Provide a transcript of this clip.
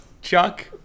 Chuck